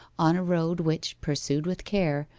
on a road which, pursued with care,